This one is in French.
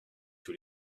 tous